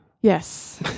Yes